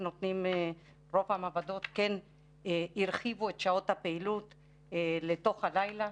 רוב המעבדות כן הרחיבו את שעות הפעילות לתוך הלילה,